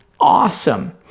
awesome